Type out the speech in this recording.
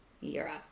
Europe